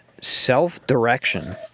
self-direction